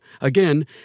Again